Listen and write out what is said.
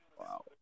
Wow